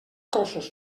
cossos